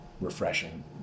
refreshing